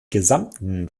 gesamten